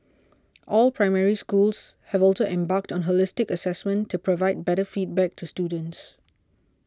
all Primary Schools have also embarked on holistic assessment to provide better feedback to students